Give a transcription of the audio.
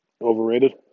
Overrated